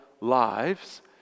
lives